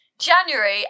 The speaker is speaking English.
January